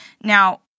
Now